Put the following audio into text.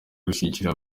gushyigikira